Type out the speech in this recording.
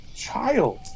Child